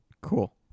Cool